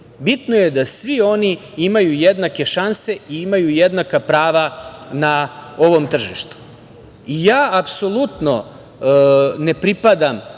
Bitno je da svi oni imaju jednake šanse i imaju jednaka prava na ovom tržištu. Apsolutno ne pripadam